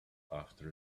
after